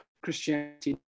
Christianity